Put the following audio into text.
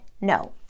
no